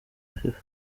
fifa